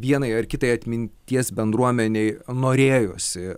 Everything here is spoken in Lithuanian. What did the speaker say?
vienai ar kitai atminties bendruomenei norėjosi